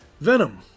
venom